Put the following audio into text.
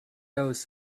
those